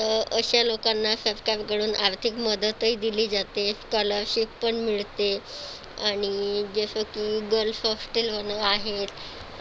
तर अशा लोकांना सरकारकडून आर्थिक मदतही दिली जाते स्कॉलरशिप पण मिळते आणि जसं की गर्ल्स हॉस्टेल पण आहेत